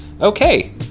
okay